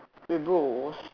wait bro was